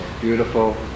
beautiful